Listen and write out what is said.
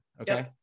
Okay